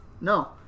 No